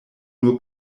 nur